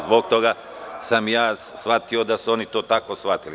Zbog toga sam shvatio da su oni to tako shvatili.